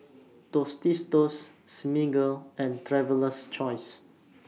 Tostitos Smiggle and Traveler's Choice